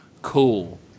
cool